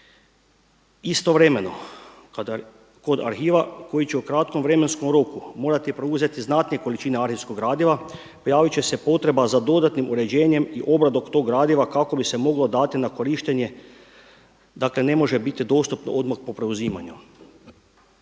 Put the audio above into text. Istovremeno kod arhiva koji će u kratkom vremenskom roku morati preuzeti znatnije količine arhivskog gradiva pojavit će se potreba za dodatnim uređenjem i obradom tog gradiva kako bi se moglo dati na korištenje dakle ne može biti dostupno odmah po preuzimanju.